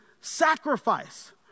sacrifice